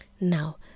now